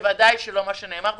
ודאי שלא מה שנאמר פה.